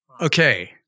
Okay